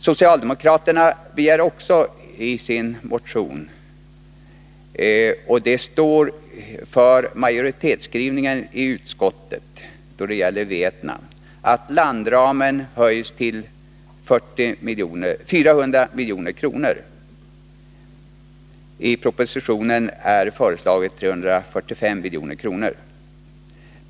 Socialdemokraterna begär i sin motion — detta överensstämmer också med majoritetsskrivningen i utskottet då det gäller Vietnam — att landramen höjs till 400 milj.kr. I propositionen föreslås 345 milj.kr.